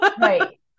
Right